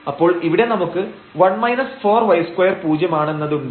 അപ്പോൾ ഇവിടെ നമുക്ക് 1 4 y2 പൂജ്യമാണെന്നതുണ്ട്